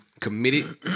committed